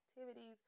activities